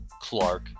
Clark